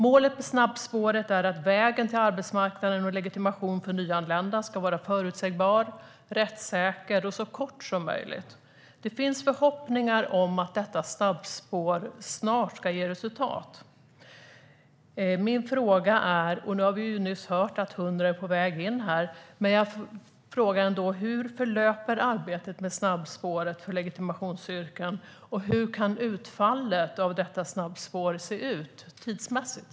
Målet med snabbspåret är att vägen till arbetsmarknaden och legitimation för nyanlända ska vara förutsägbar, rättssäker och så kort som möjligt. Det finns förhoppningar om att detta snabbspår snart ska ge resultat. Vi har nyss hört att 100 är på väg in. Men jag frågar ändå: Hur förlöper arbetet med snabbspåret för legitimationsyrken, och hur kan utfallet av detta snabbspår se ut tidsmässigt?